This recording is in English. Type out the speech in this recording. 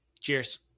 Cheers